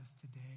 today